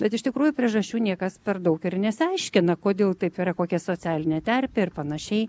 bet iš tikrųjų priežasčių niekas per daug ir nesiaiškina kodėl taip yra kokia socialinė terpė ir panašiai